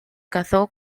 casó